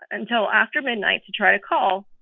until after midnight to try to call.